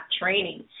training